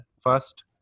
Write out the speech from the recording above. First